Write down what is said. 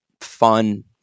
fun